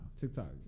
TikTok